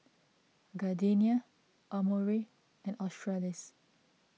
Gardenia Amore and Australis